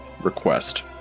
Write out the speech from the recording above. request